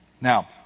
Now